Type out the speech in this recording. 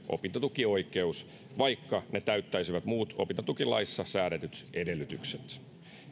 opintotukioikeus vaikka se täyttäisi muut opintotukilaissa säädetyt edellytykset